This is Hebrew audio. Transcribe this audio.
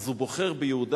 הוא בוחר ביהודה.